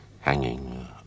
hanging